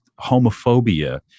homophobia